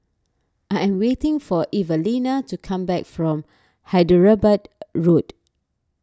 I am waiting for Evalena to come back from Hyderabad Road